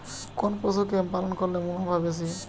কোন পশু কে পালন করলে মুনাফা বেশি?